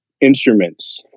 instruments